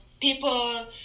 people